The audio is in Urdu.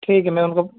ٹھیک ہے میں ان کو